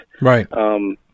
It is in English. Right